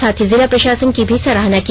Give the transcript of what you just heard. साथ ही जिला प्रशासन की भी सराहना की